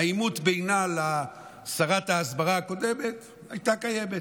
העימות בינה לשרת ההסברה הקודמת, שהיה קיים.